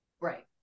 Right